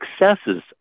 successes